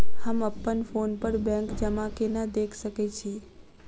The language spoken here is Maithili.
हम अप्पन फोन पर बैंक जमा केना देख सकै छी?